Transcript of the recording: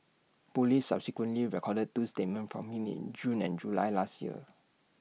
Police subsequently recorded two statements from him in June and July last year